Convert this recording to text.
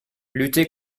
lutter